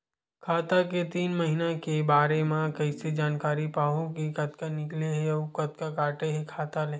खाता के तीन महिना के बारे मा कइसे जानकारी पाहूं कि कतका निकले हे अउ कतका काटे हे खाता ले?